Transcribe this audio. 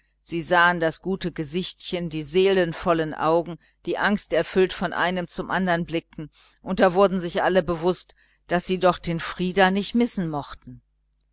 sie sahen das gute gesichtchen die seelenvollen augen die angsterfüllt von einem zum andern blickten und da wurden sich alle bewußt daß sie doch den frieder nicht missen mochten